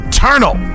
Eternal